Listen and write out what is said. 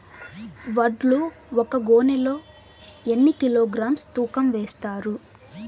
వడ్లు ఒక గోనె లో ఎన్ని కిలోగ్రామ్స్ తూకం వేస్తారు?